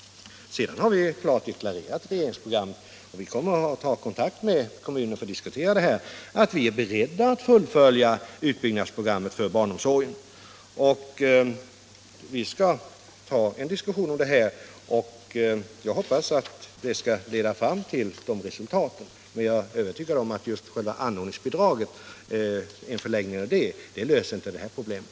Vi har i regeringsförklaringen klart deklarerat att vi är beredda att fullfölja utbyggnadsprogrammet för barnomsorgen, och vi kommer att ta kontakt med kommunerna för att diskutera detta. Jag hoppas att det skall leda till resultat, men jag är övertygad om att en förlängning av anordningsbidraget inte löser det problemet.